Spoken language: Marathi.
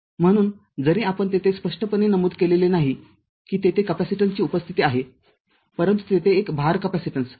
म्हणूनजरी आपण तेथे स्पष्टपणे नमूद केलेले नाही की तेथे कपॅसिटन्सची उपस्थिती आहे परंतु तेथे एक भार कॅपेसिटन्स आहे